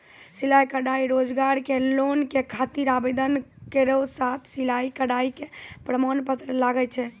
सिलाई कढ़ाई रोजगार के लोन के खातिर आवेदन केरो साथ सिलाई कढ़ाई के प्रमाण पत्र लागै छै?